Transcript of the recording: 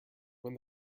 when